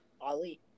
Ali